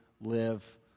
live